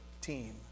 team